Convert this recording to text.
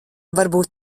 varbūt